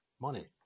money